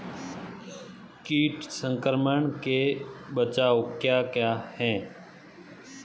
कीट संक्रमण के बचाव क्या क्या हैं?